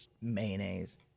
Mayonnaise